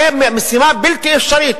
זה משימה בלתי אפשרית.